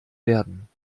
werden